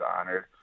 honored